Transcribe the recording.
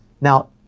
Now